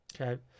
Okay